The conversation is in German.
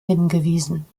hingewiesen